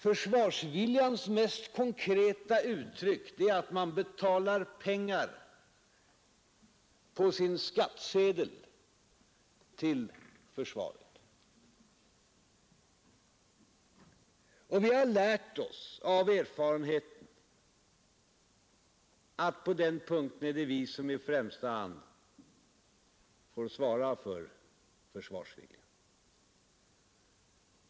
Försvarsviljans mest konkreta uttryck är att man betalar pengar på sin skattsedel till försvaret. Av erfarenheten har vi lärt oss att det i främsta hand är vi som får svara för försvarsviljan.